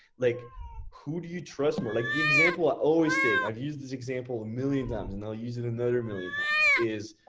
like who do you trust more, like the example i always take. i've used this example a million times and i'll use it another million times is,